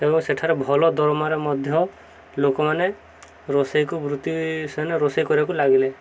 ଏବଂ ସେଠାରେ ଭଲ ଦରମାରେ ମଧ୍ୟ ଲୋକମାନେ ରୋଷେଇକୁ ବୃତ୍ତି ସେନେ ରୋଷେଇ କରିବାକୁ ଲାଗିଲେ